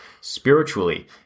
spiritually